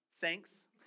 thanks